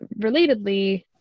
relatedly